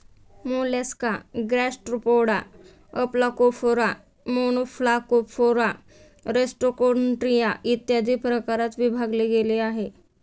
Mollusca Gastropoda, Aplacophora, Monoplacophora, Rostroconchia, इत्यादी प्रकारात विभागले गेले आहे